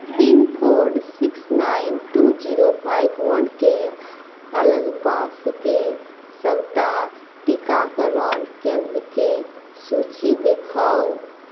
pincode six nine two zero five one के अलगपासके सबटा टीकाकरण केंद्रके सूची देखाउ